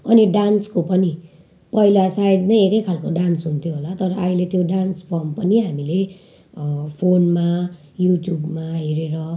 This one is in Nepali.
अनि डान्सको पनि पहिला सायद नै एकै खाले डान्स हुन्थ्यो होला तर अहिले त्यो डान्स फर्म पनि हामीले फोनमा युट्युबमा हेरेर